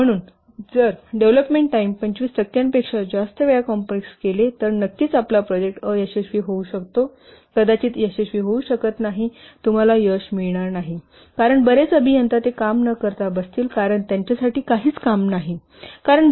म्हणून जर development time 25 टक्क्यांपेक्षा जास्त वेळा कॉम्प्रेस केले तर नक्कीच आपला प्रोजेक्ट अयशस्वी होऊ शकतो कदाचित यशस्वी होऊ शकत नाही तुम्हाला यश मिळणार नाही कारण बरेच अभियंता ते काम न करता बसतील कारण त्यांच्यासाठी काहीच काम नाही